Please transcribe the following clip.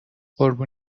قربون